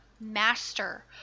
master